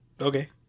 Okay